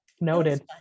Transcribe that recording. noted